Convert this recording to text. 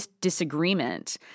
disagreement